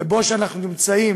וכשאנחנו נמצאים